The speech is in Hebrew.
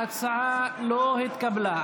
ההצעה לא התקבלה.